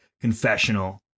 Confessional